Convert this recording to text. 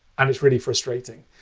and it's really frustrating.